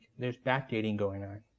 there's back-dating going on.